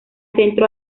centro